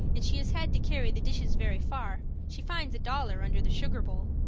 and she has had to carry the dishes very far, she finds a dollar under the sugar bowl.